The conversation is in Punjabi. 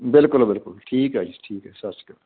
ਬਿਲਕੁਲ ਬਿਲਕੁਲ ਠੀਕ ਆ ਜੀ ਠੀਕ ਹੈ ਸਤਿ ਸ਼੍ਰੀ ਅਕਾਲ